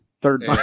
Third